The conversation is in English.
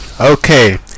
Okay